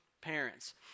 parents